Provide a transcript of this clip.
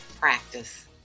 Practice